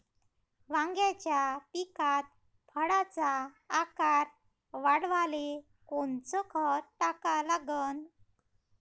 वांग्याच्या पिकात फळाचा आकार वाढवाले कोनचं खत टाका लागन?